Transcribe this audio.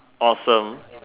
awesome